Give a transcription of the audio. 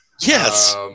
yes